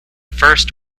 first